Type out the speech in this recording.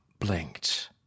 blinked